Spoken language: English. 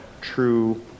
true